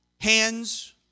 hands